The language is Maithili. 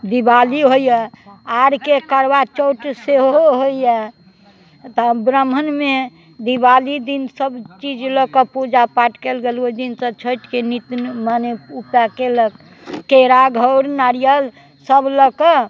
दिवाली होइया आर के करबाचौठ सेहो होइए तऽ ब्राम्हणमे दिवाली दिन सब चीज लऽकऽ पूजापाठ कएल गेल ओहिदिनसँ छठिके नित माने उपाए कयलक केरा घौर नारियल सब लऽकऽ